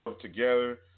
together